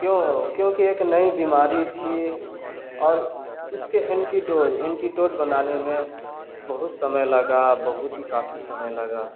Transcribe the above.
क्यों क्योंकि एक नई बीमारी थी और इसके एंटीडोज एंटीटोट बनाने में बहुत समय लगा बहुत ही काफ़ी समय लगा